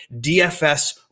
DFS